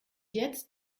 jetzt